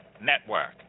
Network